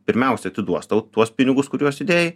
pirmiausia atiduos tau tuos pinigus kuriuos įdėjai